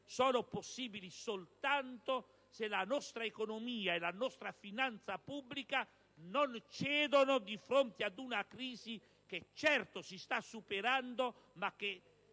sono affrontabili soltanto se la nostra economia e la nostra finanza pubblica non cedono di fronte ad una crisi che certo si sta superando, ma che